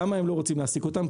למה הם לא רוצים להעסיק אותם?